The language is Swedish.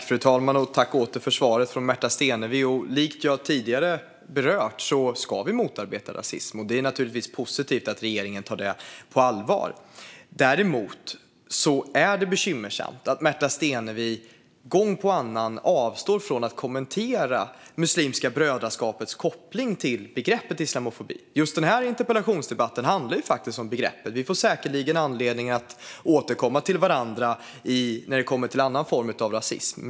Fru talman! Jag tackar åter för svaret från Märta Stenevi. Som jag tidigare berört ska vi motarbeta rasism, och det är naturligtvis positivt att regeringen tar det på allvar. Däremot är det bekymmersamt att Märta Stenevi gång efter annan avstår från att kommentera Muslimska brödraskapets koppling till begreppet islamofobi. Just denna interpellationsdebatt handlar faktiskt om begreppet. Vi får säkerligen anledning att återkomma till varandra när det gäller annan form av rasism.